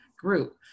group